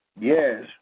Yes